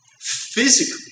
Physically